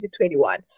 2021